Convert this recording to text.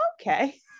Okay